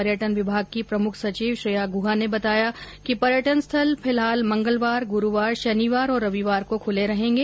पर्यटन विभाग की प्रमुख सचिव श्रेया गुहा ने बताया कि पर्यटन स्थल फिलहाल मंगलवार गुरुवार शनिवार और रविवार को खुले रहेंगे